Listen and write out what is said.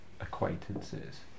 acquaintances